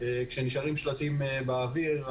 כשנשארים שלטים באוויר,